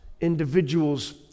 individuals